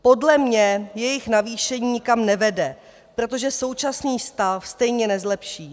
Podle mě jeho navýšení nikam nevede, protože současný stav stejně nezlepší.